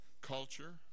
Culture